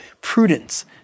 prudence